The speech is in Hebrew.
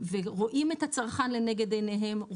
ורואים את הצרכן לנגד עיניהם,